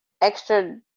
extra